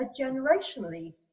generationally